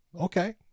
Okay